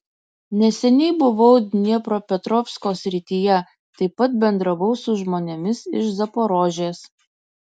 neseniai buvau dniepropetrovsko srityje taip pat bendravau su žmonėmis iš zaporožės